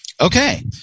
Okay